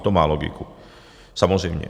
To má logiku, samozřejmě.